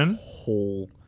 whole